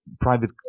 private